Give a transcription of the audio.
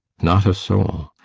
not a soul.